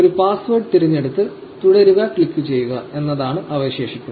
ഒരു പാസ്വേഡ് തിരഞ്ഞെടുത്ത് 'തുടരുക' ക്ലിക്കുചെയ്യുക എന്നതാണ് അവശേഷിക്കുന്നത്